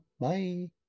Bye